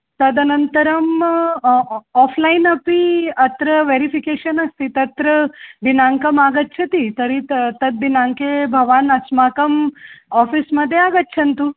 तदनन्तरम् आफ़्लैन् अपि अत्र वेरिफ़िकेषन् अस्ति तत्र दिनाङ्कमागच्छति तर्हि ता तद्दिनाङ्के भवान् अस्माकम् आफ़ीस् मध्ये आगच्छन्तु